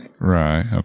Right